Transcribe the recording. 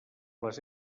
les